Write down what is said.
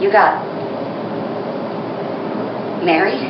you got mar